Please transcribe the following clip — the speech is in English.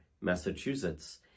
Massachusetts